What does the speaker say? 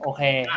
Okay